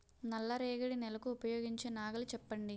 నల్ల రేగడి నెలకు ఉపయోగించే నాగలి చెప్పండి?